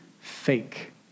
fake